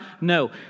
No